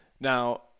Now